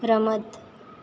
રમત